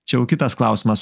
čia jau kitas klausimas